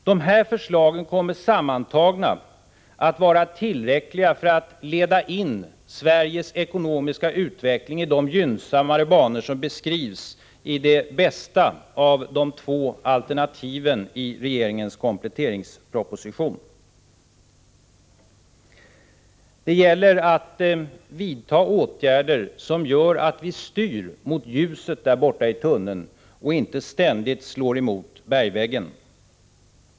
De här förslagen kommer sammantagna att vara tillräckliga för att leda in Sveriges ekonomiska utveckling i de gynnsammare banor som beskrivs i det bästa av de två alternativen i regeringens kompletteringsproposition. Det gäller att vidta åtgärder som gör att vi styr mot ljuset där borta i tunneln och inte ständigt slår emot bergväggen.